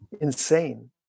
insane